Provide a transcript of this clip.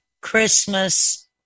Christmas